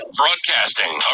broadcasting